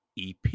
EP